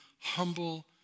humble